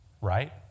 right